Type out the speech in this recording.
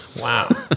Wow